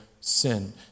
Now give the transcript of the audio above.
sin